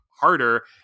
harder